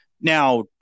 Now